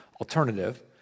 alternative